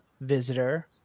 visitor